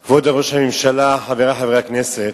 ראש הממשלה, חברי חברי הכנסת,